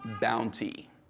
bounty